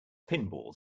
pinball